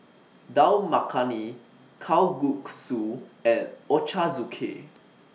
Dal Makhani Kalguksu and Ochazuke